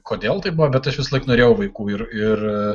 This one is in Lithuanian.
kodėl taip buvo bet aš visąlaik norėjau vaikų ir ir